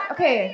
Okay